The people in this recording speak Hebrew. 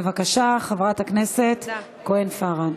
בבקשה, חברת הכנסת יעל כהן-פארן.